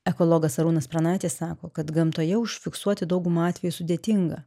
ekologas arūnas pranaitis sako kad gamtoje užfiksuoti daugumą atvejų sudėtinga